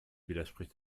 widerspricht